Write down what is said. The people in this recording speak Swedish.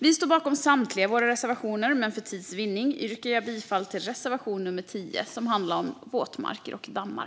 Vi står bakom samtliga våra reservationer, men för tids vinning yrkar jag bifall endast till reservation nummer 10 som handlar om våtmarker och dammar.